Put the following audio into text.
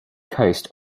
coast